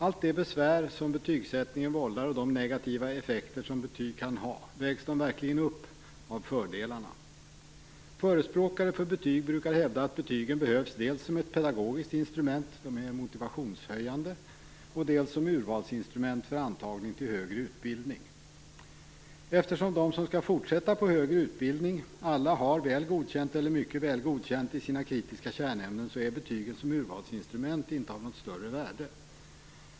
Allt det besvär som betygsättningen vållar och de negativa effekter som betyg kan ha - vägs det verkligen upp av fördelarna? Förespråkare för betyg brukar hävda att betygen behövs dels som ett pedagogiskt instrument - de är motivationshöjande - dels som urvalsinstrument för antagning till högre utbildning. Eftersom de som skall fortsätta på högre utbildning alla har Väl godkänt eller mycket Väl godkänt i sina kritiska kärnämnen är betygen som urvalsinstrument inte av något större värde.